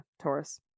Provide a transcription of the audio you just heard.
taurus